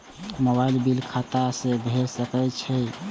Mobile bill खाता से भेड़ सके छि?